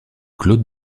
claude